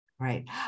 Right